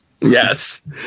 Yes